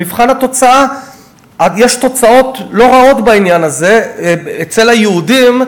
במבחן התוצאה יש תוצאות לא רעות בעניין הזה אצל היהודים,